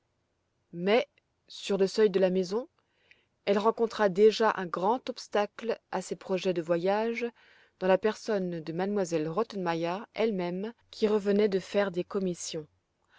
mais sur le seuil de la maison elle rencontra déjà un grand obstacle à ses projets de voyage dans la personne de m elle rottenmeier elle-même qui revenait de faire des commissions